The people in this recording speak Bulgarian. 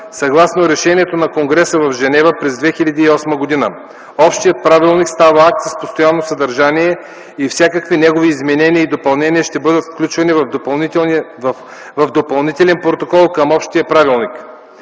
Съгласно решението на конгреса в Женева през 2008 г. Общият правилник става акт с постоянно съдържание и всякакви негови изменения и допълнения ще бъдат включвани в допълнителен протокол към Общия правилник.